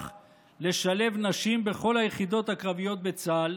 לשלב נשים בכל היחידות הקרביות בצה"ל,